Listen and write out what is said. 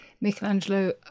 Michelangelo